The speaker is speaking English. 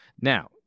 Now